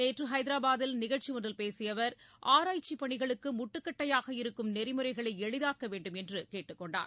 நேற்று ஐதராபாத்தில் நிகழ்ச்சி ஒன்றில் பேசிய அவர் ஆராய்ச்சி பணிகளுக்கு முட்டுக்கட்டையாக இருக்கும் நெறிமுறைகளை எளிதாக்க வேண்டுமென்றும் கேட்டுக் கொண்டார்